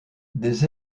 des